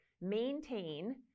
maintain